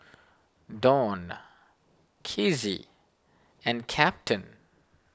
Donn Kizzy and Captain